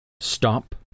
Stop